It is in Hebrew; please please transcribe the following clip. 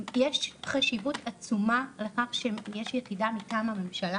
יש חשיבות עצומה לכך שיש יחידה מטעם הממשלה